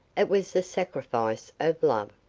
it was the sacrifice of love.